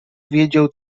wiedział